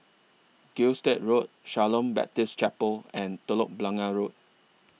Gilstead Road Shalom Baptist Chapel and Telok Blangah Road